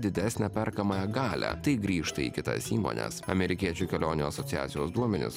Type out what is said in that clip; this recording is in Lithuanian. didesnę perkamąją galią tai grįžta į kitas įmones amerikiečių kelionių asociacijos duomenys